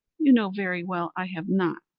you know very well i have not,